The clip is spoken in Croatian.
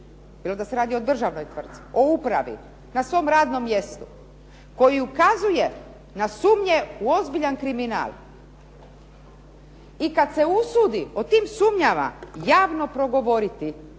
bilo da se radi o državnoj tvrtci, o upravi, na svom radnom mjestu koji ukazuje na sumnje u ozbiljan kriminal i kad se usudi o tim sumnjama javno progovoriti,